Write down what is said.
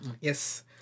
Yes